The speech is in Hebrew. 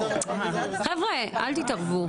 חבר'ה, אל תתערבו.